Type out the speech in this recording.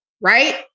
right